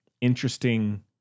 interesting